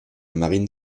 marine